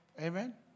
Amen